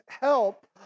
help